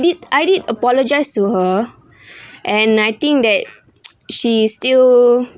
I did I did apologise to her and I think that she still